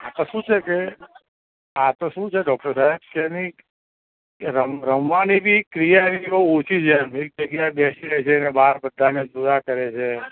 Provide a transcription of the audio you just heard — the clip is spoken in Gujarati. અચ્છા શું છે કે આ તો શું છે ડોક્ટર સાહેબ કે એની રમ રમવાની બી ક્રિયા એની બહુ ઓછી છે એક જગ્યાએ બેસી રહે છે ને બહાર બધાને જોયા કરે છે